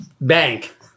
bank